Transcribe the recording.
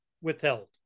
withheld